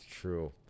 True